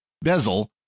bezel